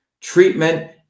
treatment